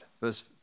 verse